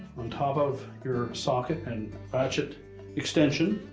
on top of your socket and ratchet extension,